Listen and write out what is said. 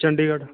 Chandigarh